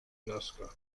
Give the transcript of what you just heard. lasker